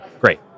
great